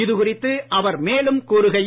இதுகுறித்து அவர் மேலும் கூறுகையில்